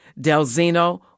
Delzino